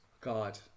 God